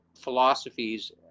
philosophies